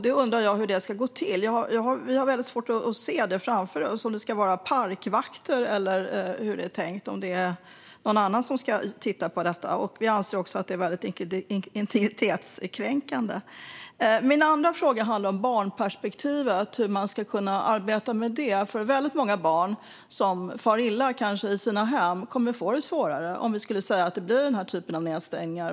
Jag undrar hur detta ska gå till. Vi har väldigt svårt att se det framför oss - om det ska vara parkvakter eller någon annan som ska titta på detta eller hur det är tänkt. Vi anser att det är väldigt integritetskränkande. Min andra fråga handlar om barnperspektivet och hur man ska kunna arbeta med det. Väldigt många barn som kanske far illa i sina hem kommer att få det svårare med den typen av nedstängningar.